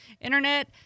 internet